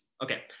Okay